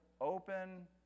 open